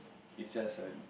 it's just a